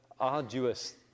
arduous